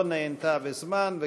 לא נענתה בזמן,